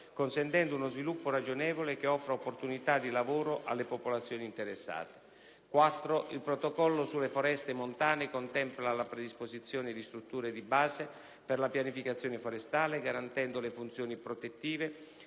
consentendo uno sviluppo regionale che offra opportunità di lavoro alle popolazioni interessate. 4. Il Protocollo sulle foreste montane contempla la predisposizione di strutture di base per la pianificazione forestale, garantendo le funzioni protettive delle foreste